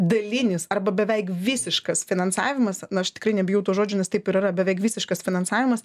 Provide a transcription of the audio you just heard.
dalinis arba beveik visiškas finansavimas na aš tikrai nebijau to žodžio nes taip ir yra beveik visiškas finansavimas